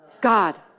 God